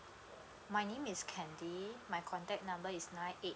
my name is candy my contact number is nine eight